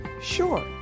Sure